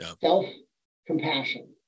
self-compassion